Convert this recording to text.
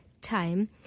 time